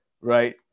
right